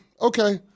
okay